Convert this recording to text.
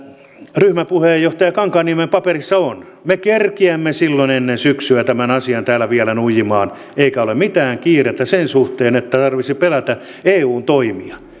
ryhmäpuheenjohtaja kankaanniemen paperissa on me kerkiämme silloin ennen syksyä tämän asian täällä vielä nuijimaan eikä ole mitään kiirettä sen suhteen että tarvitsisi pelätä eun toimia